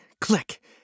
click